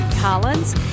Collins